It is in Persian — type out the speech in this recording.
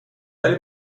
ولی